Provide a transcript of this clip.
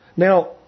Now